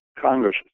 Congress